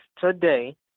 today